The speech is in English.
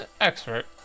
expert